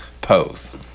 Pose